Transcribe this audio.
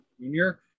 junior